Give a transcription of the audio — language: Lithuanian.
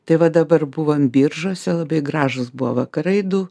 tai va dabar buvom biržuose labai gražūs buvo vakarai du